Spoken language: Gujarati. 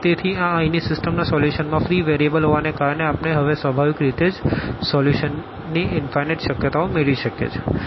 તેથી આ અહીંની સિસ્ટમમાં સોલ્યુશનમાં ફ્રી વેરીએબલ હોવાને કારણે આપણે હવે સ્વાભાવિક રીતે જ સોલ્યુશનની ઇનફાઈનાઈટ શક્યતાઓ મેળવી શકીએ છીએ